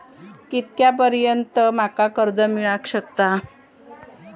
कितक्या पर्यंत माका कर्ज मिला शकता?